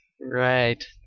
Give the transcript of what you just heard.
Right